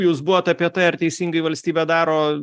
jūs buvot apie tai ar teisingai valstybė daro